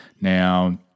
Now